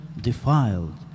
defiled